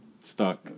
stuck